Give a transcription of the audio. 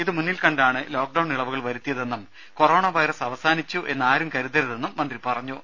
ഇത് മുന്നിൽ കണ്ടാണ് ലോക് ഡൌൺ ഇളവുകൾ വരുത്തിയതെന്നും കൊറോണ വൈറസ് അവസാനിച്ചു എന്നാരും കരുതരുതെന്നും മന്ത്രി പറഞ്ഞു